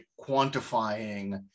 Quantifying